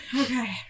okay